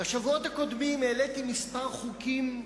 בשבועות הקודמים העליתי כמה חוקים,